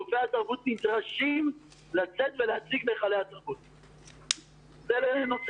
שגופי התרבות נמצאים אצלן ומשרתים את האזרחים שלהן,